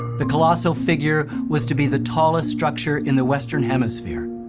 the colossal figure was to be the tallest structure in the western hemisphere,